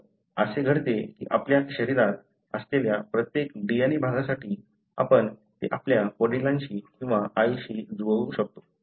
तर असे घडते की आपल्या शरीरात असलेल्या प्रत्येक DNA भागासाठी आपण ते आपल्या वडिलांशी किंवा आईशी जुळवू शकतो